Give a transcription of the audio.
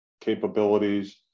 capabilities